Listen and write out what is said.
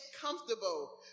comfortable